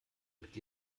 mit